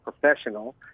professional